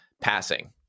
passing